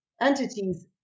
entities